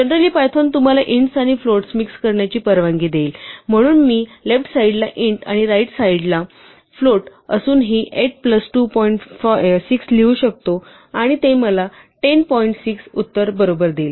generally Python तुम्हाला ints आणि floats mix करण्यासाठी परवानगी देईल म्हणून मी लेफ्ट साईड ला int आणि राईट साईडला फ्लोट असूनही 8 प्लस 2 पॉइंट 6 लिहू शकतो आणि ते मला 10 पॉइंट 6 हे उत्तर बरोबर देईल